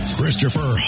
Christopher